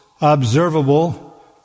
observable